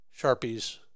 Sharpies